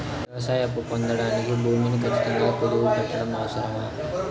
వ్యవసాయ అప్పు పొందడానికి భూమిని ఖచ్చితంగా కుదువు పెట్టడం అవసరమా?